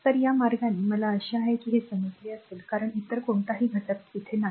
तर या मार्गाने मला आशा आहे की हे समजले असेल कारण इतर कोणताही घटक नाही